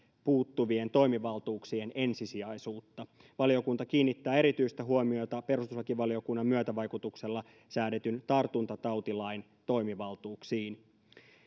puuttuvien toimivaltuuksien ensisijaisuutta valiokunta kiinnittää erityistä huomiota perustuslakivaliokunnan myötävaikutuksella säädetyn tartuntatautilain toimivaltuuksiin